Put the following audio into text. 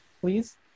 Please